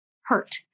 hurt